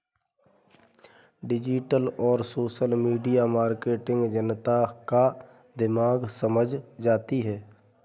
digital और social media marketing जनता का दिमाग समझ जाती है